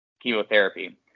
chemotherapy